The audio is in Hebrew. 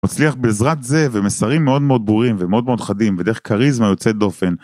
מצליח בעזרת זה ומסרים מאוד מאוד ברורים ומאוד מאוד חדים ודרך כריזמה יוצאת דופן